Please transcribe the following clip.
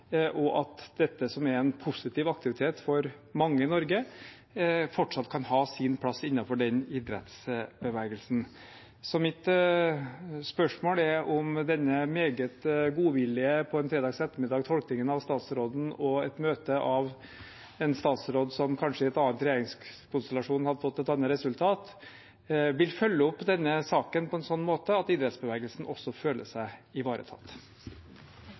og der dette som er en positiv aktivitet for mange i Norge, fortsatt kan ha sin plass innenfor den idrettsbevegelsen. Så mitt spørsmål er om statsråden – med denne meget godvillige tolkningen av statsråden på en fredag ettermiddag og et møte med en statsråd som kanskje i en annen regjeringskonstellasjon hadde fått et annet resultat – vil følge opp denne saken på en sånn måte at idrettsbevegelsen også føler seg ivaretatt.